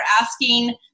asking